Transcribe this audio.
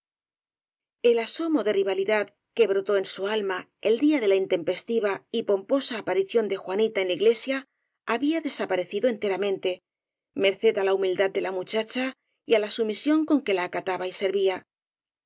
el asomo de rivalidad que brotó en su alma el día de la intempestiva y pomposa aparición de jua nita en la iglesia había desaparecido enteramente merced á la humildad de la muchacha y á la su misión con que la acataba y servía